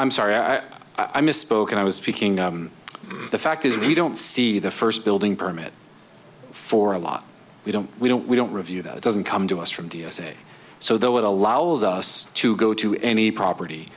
i'm sorry i i misspoke i was speaking of the fact is we don't see the first building permit for a lot we don't we don't we don't review that it doesn't come to us from d s a so though it allows us to go to any property